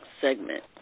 segment